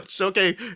okay